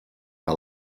que